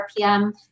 RPM